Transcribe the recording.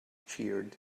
cheered